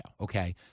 okay